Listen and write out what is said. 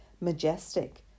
majestic